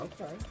Okay